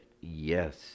yes